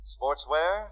Sportswear